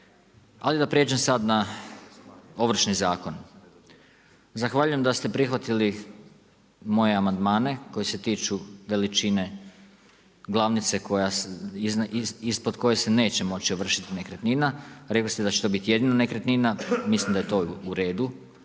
Ali da prijeđem sada na Ovršni zakon. Zahvaljujem da ste prihvatili moje amandmane koji se tiču veličine glavnice ispod koje se neće moći ovršiti nekretnina. Rekli ste da će to biti jedina nekretnina, mislim da je to uredu